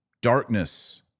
darkness